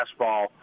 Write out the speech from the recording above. fastball